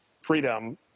freedom